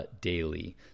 daily